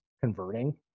converting